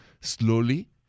slowly